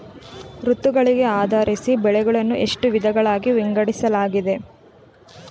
ಋತುಗಳಿಗೆ ಆಧರಿಸಿ ಬೆಳೆಗಳನ್ನು ಎಷ್ಟು ವಿಧಗಳಾಗಿ ವಿಂಗಡಿಸಲಾಗಿದೆ?